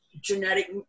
genetic